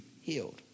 healed